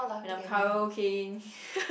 when I am karaokeing